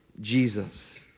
Jesus